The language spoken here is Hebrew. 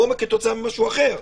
או כתוצאה ממשהו אחר,